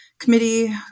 committee